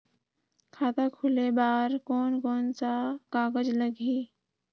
खाता खुले बार कोन कोन सा कागज़ लगही?